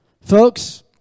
Folks